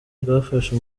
bwafashe